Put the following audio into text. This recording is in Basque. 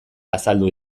azaldu